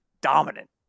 dominant